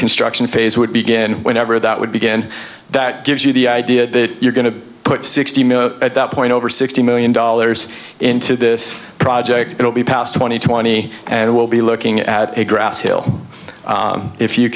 construction phase would begin whenever that would begin that gives you the idea that you're going to put sixty million at that point over sixty million dollars into this project it will be past twenty twenty and we'll be looking at a grass hill if you